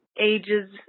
ages